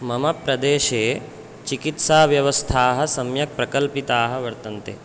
मम प्रदेशे चिकित्साव्यवस्थाः सम्यक् प्रकल्पिताः वर्तन्ते